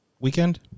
weekend